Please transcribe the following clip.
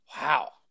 Wow